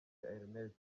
ernest